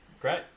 Great